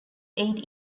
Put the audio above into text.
eight